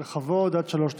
בכבוד, עד שלוש דקות.